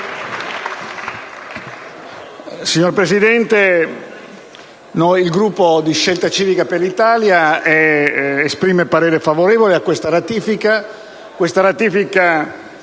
Signor Presidente, il Gruppo di Scelta Civica per l'Italia esprime voto favorevole a questa ratifica,